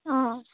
অঁ